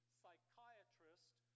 psychiatrist